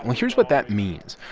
here's what that means.